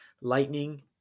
Lightning